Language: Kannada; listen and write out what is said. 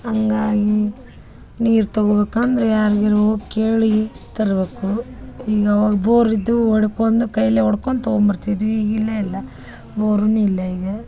ಹಂಗಾಗಿ ನೀರು ತಗೊಬೇಕು ಅಂದ್ರೆ ಯಾರ್ಗ್ಯಾರೂ ಹೋಗ್ ಕೇಳಿ ತರ್ಬೇಕು ಹೋಗ್ ಬೋರಿದು ಒಡ್ಕೊಂಡ ಕೈಯಲ್ಲೇ ಒಡ್ಕೊಂಡ್ ತಗೊಂಡ್ಬರ್ತಿದ್ವಿ ಈಗ ಇಲ್ವೇ ಇಲ್ಲ ಬೋರೂ ಇಲ್ಲ ಈಗ